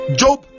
job